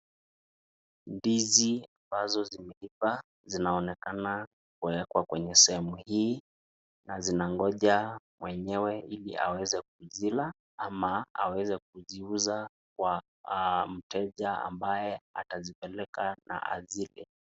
Ndizi ambazo zimeiva sinaoneka kuwekwa kwenye sehemu ii na sinangoja mwenyewe ili aweze kisila ama aweze kuziuza kwa mteja ambaye atasipeleka na azige